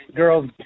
girls